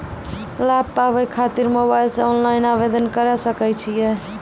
लाभ पाबय खातिर मोबाइल से ऑनलाइन आवेदन करें सकय छियै?